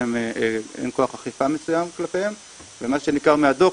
אין כוח אכיפה מסוים כלפיהן ומה שניכר מהדוח,